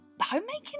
homemaking